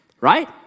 right